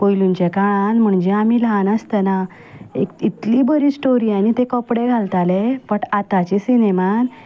पयलुच्या काळान म्हणजे आमी ल्हान आसतना इतली बरी स्टोरी आनी ते कपडे घालताले बट आतांची सिनेमा